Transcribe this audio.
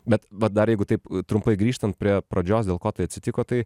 bet va dar jeigu taip trumpai grįžtant prie pradžios dėl ko tai atsitiko tai